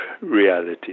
reality